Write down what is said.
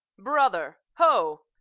brother, ho!